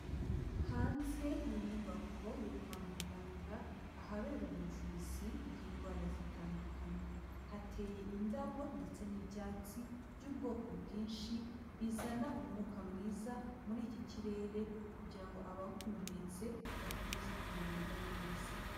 Hanze y'inyubako yo kwa muganga ahabera ubuvuzi bw'indwara zitandukanye. Hateye indabo ndetse n'ibyatsi by'ubwoko bwinshi bizana umwuka mwiza muri iki kirere kugira ngo abahumetse bakomeze kumererwa neza.